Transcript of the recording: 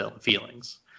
feelings